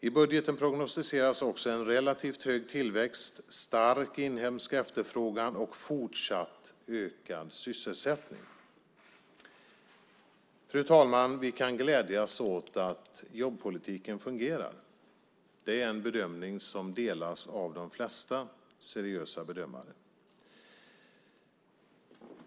I budgeten prognostiseras också en relativt stark tillväxt, stark inhemsk efterfrågan och fortsatt ökad sysselsättning. Fru talman! Vi kan glädja oss åt att jobbpolitiken fungerar. Det är en bedömning som delas av de flesta seriösa bedömare.